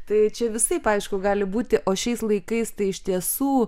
tai čia visai aišku gali būti o šiais laikais tai iš tiesų